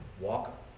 walk